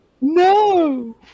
No